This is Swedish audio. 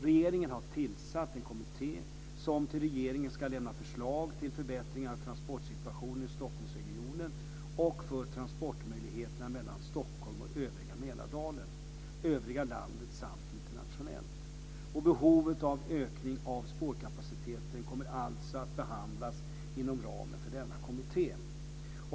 Regeringen har tillsatt en kommitté som till regeringen ska lämna förslag till förbättringar av transportsituationen i Stockholmsregionen och för transportmöjligheterna mellan Stockholm och övriga Mälardalen, övriga landet samt internationellt. Behovet av ökning av spårkapaciteten kommer alltså att behandlas inom ramen för denna kommitté.